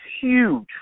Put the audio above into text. huge